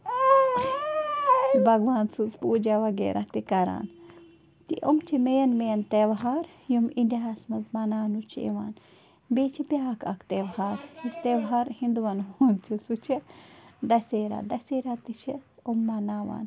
بگوان سٕنٛز پوجا وغیرہ تہِ کَران تہِ یِم چھِ مین مین تہوار یِم اِنڈِیا ہس منٛز مناونہٕ چھِ یِوان بیٚیہِ چھِ بیٛاکھ اَکھ تہوار یُس تہوار ہُندووَن ہنٛد چھُ سُہ چھُ دَسیرا دَسیرا تہِ چھِ یِم مناوان